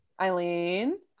eileen